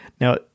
Now